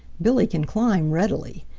billy can climb readily.